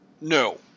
No